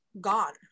gone